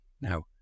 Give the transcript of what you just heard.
now